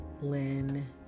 Lynn